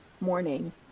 morning